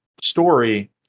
story